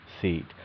seat